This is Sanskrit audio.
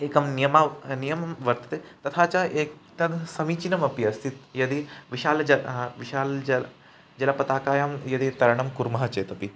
एकं नियमः नियमः वर्तते तथा च एतद् समीचीनमपि अस्ति यदि विशालजं विशालं जलं जलपताकायां यदि तरणं कुर्मः चेदपि